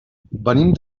venim